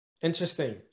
Interesting